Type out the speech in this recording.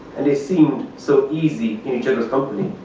and they seemed so easy in each other's company.